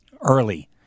early